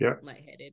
lightheaded